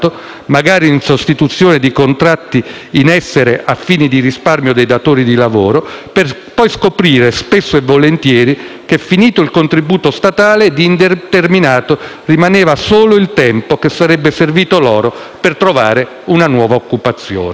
magari in sostituzione di contratti in essere a fini di risparmio dei datori di lavoro - per poi scoprire spesso e volentieri che, finito il contributo statale, di indeterminato rimaneva solo il tempo che sarebbe servito loro per trovare una nuova occupazione.